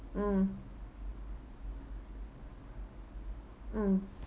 mm mm